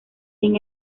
sin